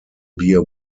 beer